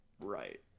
Right